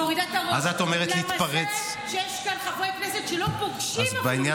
יש כאן חברי כנסת שלא פוגשים אפילו